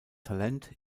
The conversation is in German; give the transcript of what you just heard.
talent